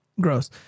Gross